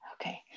okay